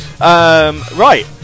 right